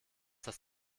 das